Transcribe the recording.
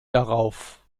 darauf